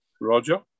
Roger